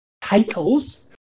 titles